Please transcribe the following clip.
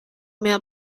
male